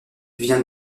vient